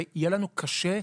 ויהיה לנו קשה,